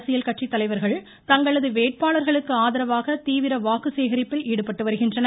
அரசியல் கட்சி தலைவர்கள் தங்களது வேட்பாளர்களுக்கு ஆதரவாக தீவிர வாக்கு சேகரிப்பில் ஈடுபட்டு வருகின்றனர்